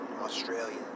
Australia